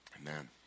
Amen